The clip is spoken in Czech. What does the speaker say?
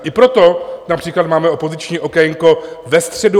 I proto například máme opoziční okénko ve středu...